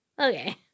Okay